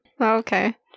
okay